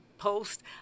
post